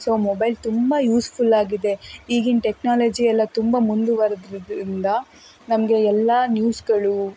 so mobile ತುಂಬ useful ಆಗಿದೆ ಈಗಿನ ಟೆಕ್ನಾಲಜಿ ಎಲ್ಲ ತುಂಬ ಮುಂದುವರ್ದಿದ್ರಿಂದ ನಮಗೆ ಎಲ್ಲ ನ್ಯೂಸ್ಗಳು